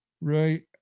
right